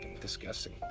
disgusting